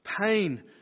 pain